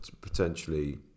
potentially